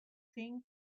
thing